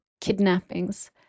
kidnappings